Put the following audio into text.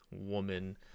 woman